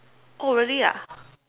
oh really ah